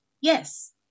Yes